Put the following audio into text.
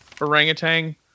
orangutan